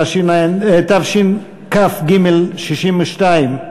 התשכ"ג 1962,